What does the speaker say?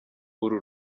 uru